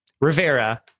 Rivera